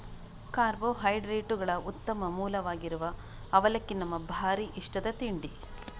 ಕಾರ್ಬೋಹೈಡ್ರೇಟುಗಳ ಉತ್ತಮ ಮೂಲವಾಗಿರುವ ಅವಲಕ್ಕಿ ನಮ್ಮ ಭಾರೀ ಇಷ್ಟದ ತಿಂಡಿ